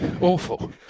awful